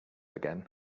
again